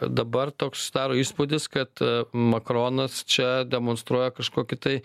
dabar toks susidaro įspūdis kad makronas čia demonstruoja kažkokį tai